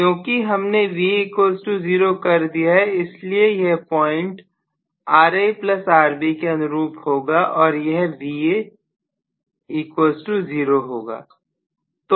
क्योंकि हमने Va0 कर दिया है इसलिए यह पॉइंट RaRb के अनुरूप होगा और Va 0 होगा